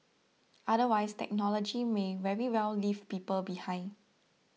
otherwise technology may very well leave people behind